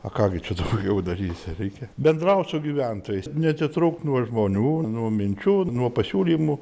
a ką gi čia daugiau jau darysi reikia bendraut su gyventojais neatitrūkt nuo žmonių nuo minčių nuo pasiūlymų